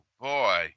boy